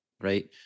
right